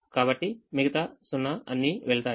కాబట్టి మిగతా 0 అన్ని వెళ్తాయి